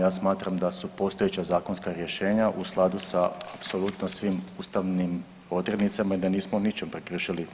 Ja smatram da su postojeća zakonska rješenja u skladu sa apsolutno svim ustavnim odrednicama i da nismo u ničem prekršili.